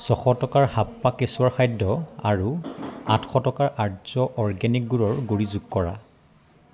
ছয়শ টকাৰ হাপ্পা কেচুৱাৰ খাদ্য আৰু আঠশ টকাৰ আৰ্য অৰ্গেনিক গুড়ৰ গুড়ি যোগ কৰা